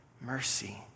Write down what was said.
mercy